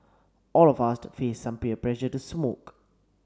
all of us faced some peer pressure to smoke